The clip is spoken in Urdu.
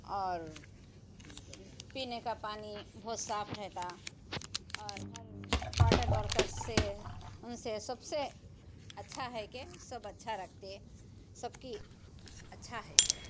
اور پینے کا پانی بہت صاف رہتا اور واٹر ورکرس سے ان سے سب سے اچّھا ہے کہ سب اچّھا رکھتے سب کی اچّھا ہے سب